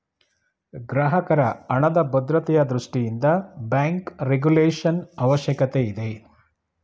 ಗ್ರಾಹಕರ ಹಣದ ಭದ್ರತೆಯ ದೃಷ್ಟಿಯಿಂದ ಬ್ಯಾಂಕ್ ರೆಗುಲೇಶನ್ ಅವಶ್ಯಕತೆ ಇದೆ